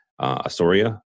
Asoria